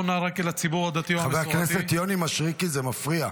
חבר הכנסת יוני מישרקי, זה מפריע.